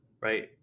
Right